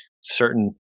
certain